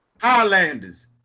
Highlanders